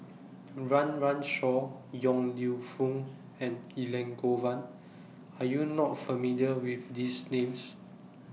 Run Run Shaw Yong Lew Foong and Elangovan Are YOU not familiar with These Names